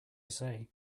say